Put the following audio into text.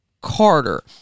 Carter